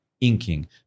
inking